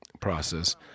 process